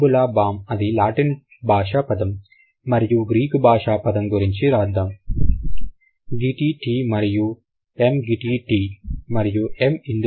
అంబుల బామ్ అది లాటిన్ భాష పదం మరియు గ్రీకు భాషా పదం గురించి రాద్దాం giti ti మరియు m giti ti మరియు m